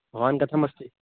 भवान् कथम् अस्ति